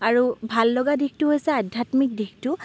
আৰু ভাল লগা দিশটো হৈছে আধ্যাত্মিক দিশটো